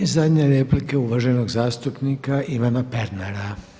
I zadnja replika uvaženog zastupnika Ivana Pernara.